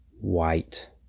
white